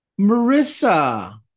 Marissa